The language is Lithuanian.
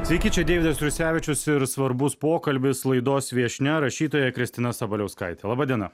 sveiki čia deividas jursevičius ir svarbus pokalbis laidos viešnia rašytoja kristina sabaliauskaitė laba diena